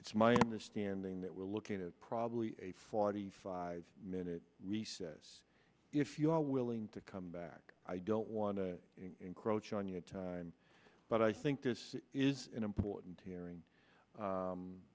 it's my understanding that we're looking at probably a forty five minute recess if you are willing to come back i don't want to encroach on your time but i think this is an important hearing